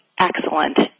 excellent